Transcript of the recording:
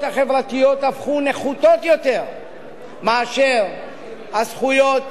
החברתיות הפכו נחותות יותר מאשר הזכויות